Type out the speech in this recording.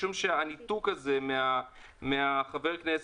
משום שהניתוק מהממשלה, מחברי הכנסת,